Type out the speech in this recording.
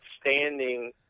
standing